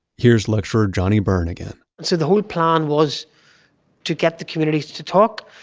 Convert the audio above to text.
here is lecturer jonny byrne again and so the whole plan was to get the communities to talk,